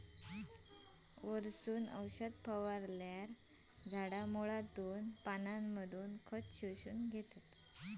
वरसून फवारल्यार झाडा मुळांतना पानांमधना खत शोषून घेतत